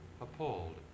appalled